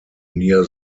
near